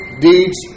deeds